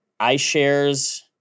iShares